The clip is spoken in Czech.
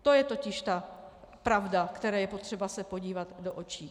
To je totiž ta pravda, které je potřeba podívat se do očí.